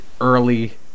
early